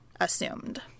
assumed